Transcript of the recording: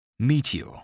Meteor